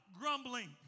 grumbling